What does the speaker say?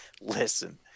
listen